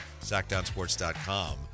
Sackdownsports.com